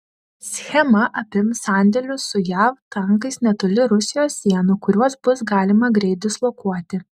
schema apims sandėlius su jav tankais netoli rusijos sienų kuriuos bus galima greit dislokuoti